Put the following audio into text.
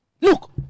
Look